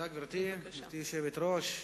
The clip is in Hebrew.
גברתי היושבת-ראש,